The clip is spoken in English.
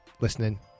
listening